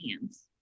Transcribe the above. hands